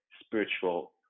spiritual